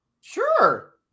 Sure